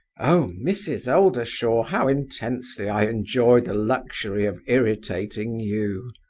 oh, mrs. oldershaw, how intensely i enjoy the luxury of irritating you!